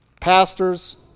pastors